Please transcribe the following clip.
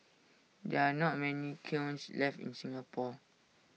there are not many kilns left in Singapore